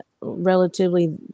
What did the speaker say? relatively